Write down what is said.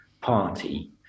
Party